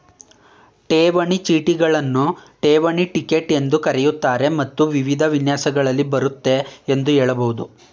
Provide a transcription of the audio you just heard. ಠೇವಣಿ ಚೀಟಿಗಳನ್ನ ಠೇವಣಿ ಟಿಕೆಟ್ ಎಂದೂ ಕರೆಯುತ್ತಾರೆ ಮತ್ತು ವಿವಿಧ ವಿನ್ಯಾಸಗಳಲ್ಲಿ ಬರುತ್ತೆ ಎಂದು ಹೇಳಬಹುದು